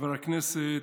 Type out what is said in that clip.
חבר הכנסת,